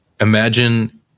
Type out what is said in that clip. imagine